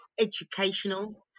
educational